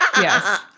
Yes